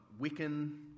Wiccan